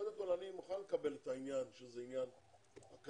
קודם כל אני מוכן לקבל את העניין שזה עניין אקדמי,